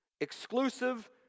exclusive